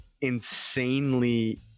insanely